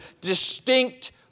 distinct